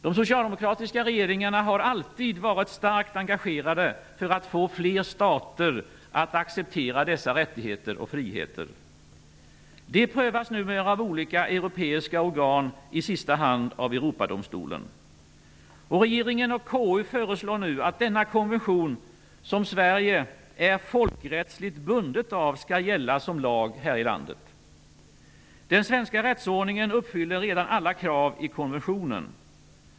De socialdemokratiska regeringarna har alltid varit starkt engagerade för att få fler stater att acceptera dessa rättigheter och friheter. De prövas numera av olika europeiska organ, i sista hand av Europadomstolen. Regeringen och KU föreslår nu att denna konvention, som Sverige är folkrättsligt bundet av, skall gälla som lag här i landet. Den svenska rättsordningen uppfyller redan alla krav i konventionen.